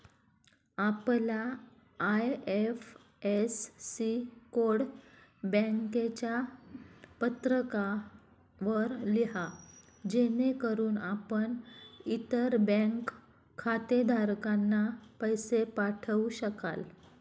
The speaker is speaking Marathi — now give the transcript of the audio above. आपला आय.एफ.एस.सी कोड बँकेच्या पत्रकावर लिहा जेणेकरून आपण इतर बँक खातेधारकांना पैसे पाठवू शकाल